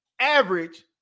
average